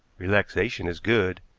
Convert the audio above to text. relaxation is good,